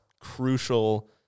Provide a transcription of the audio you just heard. crucial